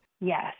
Yes